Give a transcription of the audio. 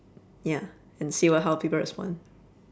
ya and see wha~ how people respond